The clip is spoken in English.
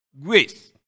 grace